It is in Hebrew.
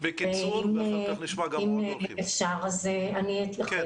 אם אפשר, אני אתייחס.